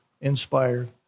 inspired